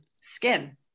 skin